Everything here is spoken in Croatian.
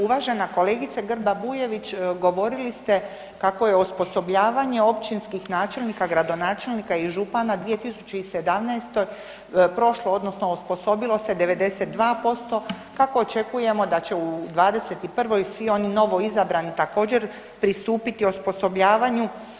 Uvažena kolegice Grba-Bujević govorili ste kako je osposobljavanje općinskih načelnika, gradonačelnika i župana 2017.-oj prošlo odnosno osposobilo se 92%, kako očekujemo da će u '21. svi oni novoizabrani također pristupiti osposobljavanju.